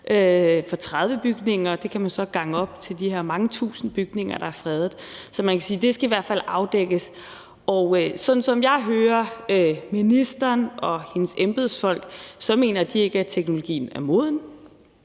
for 30 bygninger, og det kan man så gange op til de her mange tusind bygninger, der er fredet. Så man kan sige, at det skal i hvert fald afdækkes. Sådan som jeg hører ministeren og ministerens embedsfolk, mener de ikke, at teknologien er moden.